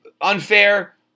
unfair